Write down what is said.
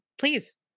Please